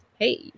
Hey